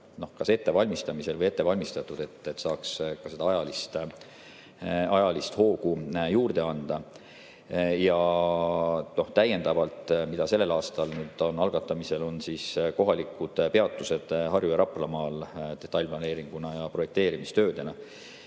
ette valmistamisel või ette valmistatud, et saaks ajalist hoogu juurde anda. Täiendavalt on sellel aastal algatamisel kohalikud peatused Harju- ja Raplamaal detailplaneeringu ja projekteerimistöödena.